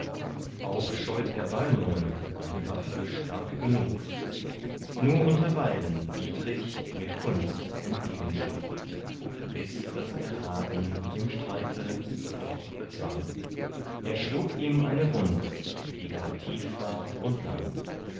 auch scheut er balmungen eine waffe stark genug nur unterweilen dietrich mit kunst entgegenschlug bis daß er hagen im streite doch bezwang er schlug ihm eine wunde die gar tief war und lang